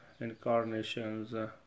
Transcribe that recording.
incarnations